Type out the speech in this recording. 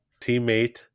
teammate